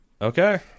Okay